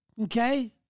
okay